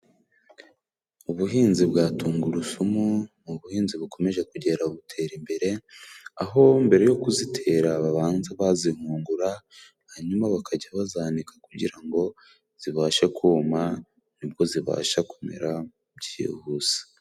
Ubuhinzi bwa tungurusumu ni ubuhinzi bukomeje kugera butera imbere, aho mbere yo kuzitera babanza bazihungura, hanyuma bakajya bazanika kugira ngo zibashe kuma. Ni bwo zibasha kumera byihuse.